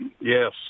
Yes